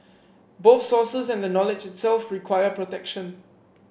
both sources and the knowledge itself require protection